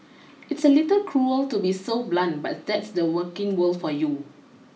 it's a little cruel to be so blunt but that's the working world for you